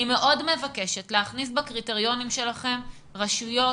אני מאוד מבקשת להכניס בקריטריונים שלכם רשויות